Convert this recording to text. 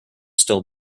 still